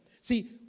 See